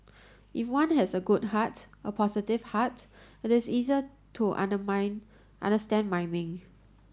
if one has a good heart a positive heart it is easier to understand miming